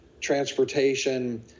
transportation